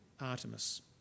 Artemis